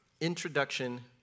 Introduction